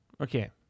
Okay